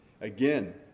Again